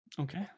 Okay